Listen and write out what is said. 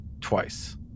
twice